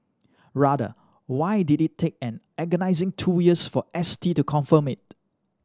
rather why did it take an agonising two years for S T to confirm it